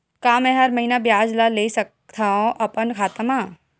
का मैं हर महीना ब्याज ला ले सकथव अपन खाता मा?